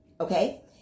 Okay